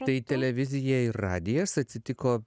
tai televizija ir radijas atsitiko